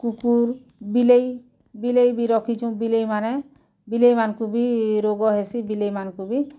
କୁକୁର୍ ବିଲେଇ ବି ରଖିଚୁଁ ବିଲେଇମାନେ ବିଲେଇମାନଙ୍କୁ ବି ରୋଗ୍ ହେସି ବିଲେଇମାନଙ୍କୁ ବି